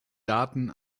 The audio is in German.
daten